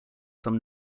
some